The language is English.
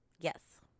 Yes